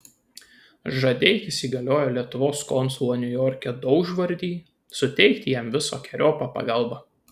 žadeikis įgaliojo lietuvos konsulą niujorke daužvardį suteikti jam visokeriopą pagalbą